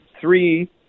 three